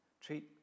treat